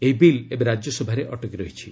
ଏହି ବିଲ୍ ଏବେ ରାଜ୍ୟସଭାରେ ଅଟକି ରହିଛି